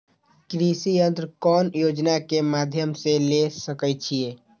कृषि यंत्र कौन योजना के माध्यम से ले सकैछिए?